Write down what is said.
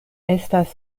estas